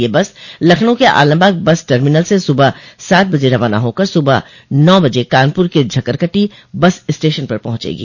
यह बस लखनऊ के Alambagh bus terminal से सुबह सात बजे रवाना होकर सुबह नौ बजे कानपुर के झकरकटी बस स्टेशन पर पहचेंगी